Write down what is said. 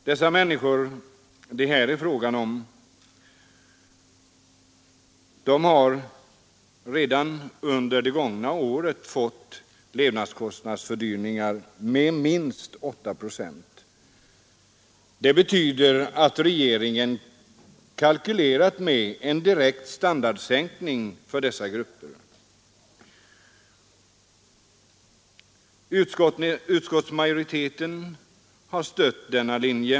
De människor det här är fråga om har redan under det gångna året fått vidkännas levnadskostnadsfördyringar med 8 procent. Detta betyder att regeringen kalkylerat med en direkt standardsänkning för dessa personer. Utskottsmajoriteten har stött denna linje.